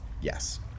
Yes